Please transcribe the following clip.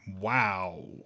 wow